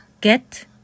Get